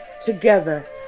Together